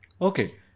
Okay